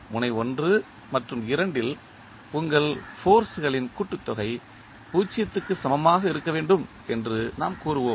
முனை 1 மற்றும் 2 இல் உங்கள் ஃபோர்ஸ்களின் கூட்டுதொகை 0 க்கு சமமாக இருக்க வேண்டும் என்று நாம் கூறுவோம்